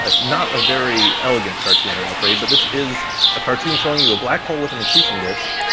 ah not a very elegant cartoon i'm afraid, but this is a cartoon showing you a black hole with an accretion disk,